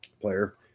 player